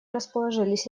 расположились